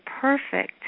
perfect